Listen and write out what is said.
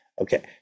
Okay